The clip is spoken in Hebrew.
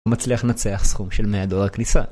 מצליח לנצח סכום של 100 דולר כניסה